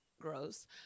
gross